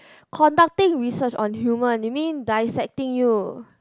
conducting research on human you mean dissecting you